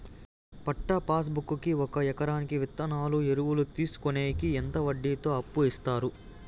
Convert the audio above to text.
పట్టా passbook కి ఒక ఎకరాకి విత్తనాలు, ఎరువులు తీసుకొనేకి ఎంత వడ్డీతో అప్పు ఇస్తారు?